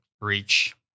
reach